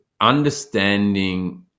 understanding